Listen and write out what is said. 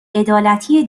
عدالتی